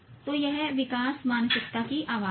तो यह विकास मानसिकता की आवाज है